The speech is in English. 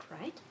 right